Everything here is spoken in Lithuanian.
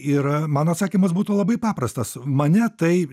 ir mano atsakymas būtų labai paprastas mane tai